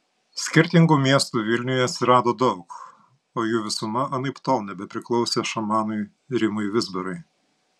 skirtingų miestų vilniuje atsirado daug o jų visuma anaiptol nebepriklausė šamanui rimui vizbarai